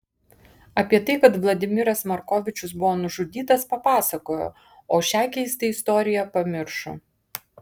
apie tai kad vladimiras markovičius buvo nužudytas papasakojo o šią keistą istoriją pamiršo